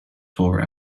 tore